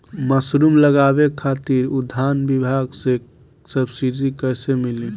Mushroom लगावे खातिर उद्यान विभाग से सब्सिडी कैसे मिली?